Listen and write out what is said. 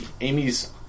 Amy's